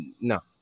no